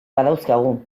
badauzkagu